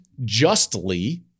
justly